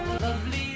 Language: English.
Lovely